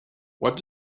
what